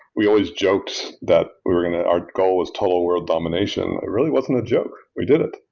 we always joked that we were going to our goal is total world domination. it really wasn't a joke. we did it.